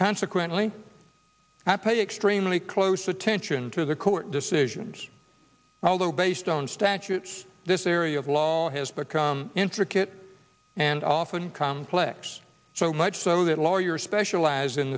consequently i pay extremely close attention to the court decisions although based on statutes this area of law has become intricate and often complex so much so that lawyers specialize in